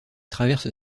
traverse